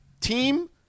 team